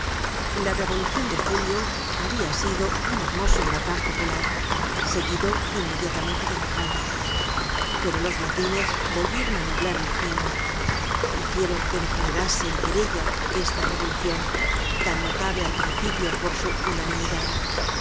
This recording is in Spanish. la revolucion de julio habia sido un hermoso huracan popular seguido inmediatamente de la calma pero los motines volvieron á nublar el cielo hicieron que degenerase en querella esta revolucion tan notable al principio por su unanimidad